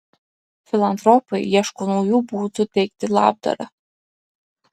filantropai ieško naujų būdų teikti labdarą